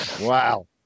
Wow